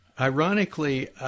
Ironically